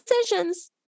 decisions